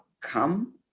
come